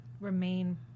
remain